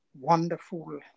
wonderful